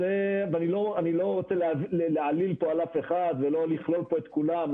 ואני לא רוצה להעליל פה על אף אחד ולא לכלול פה את כולם.